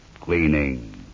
cleaning